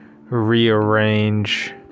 rearrange